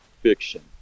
fiction